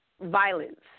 Violence